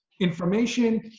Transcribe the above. Information